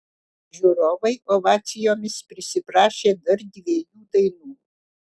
žiūrovai ovacijomis prisiprašė dar dviejų dainų